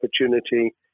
opportunity